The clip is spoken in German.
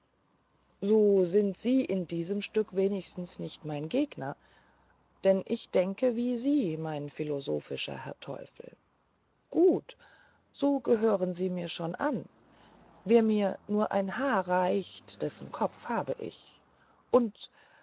so sind sie in diesem stück wenigstens nicht mein gegner denn ich denke wie sie mein philosophischer herr teufel gut so gehören sie mir schon an wer mir nur ein haar reicht dessen kopf habe ich und